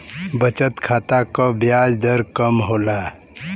बचत खाता क ब्याज दर कम होला